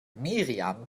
miriam